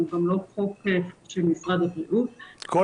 הוא גם לא חוק של משרד הבריאות --- כל